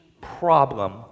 problem